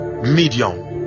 medium